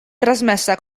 trasmessa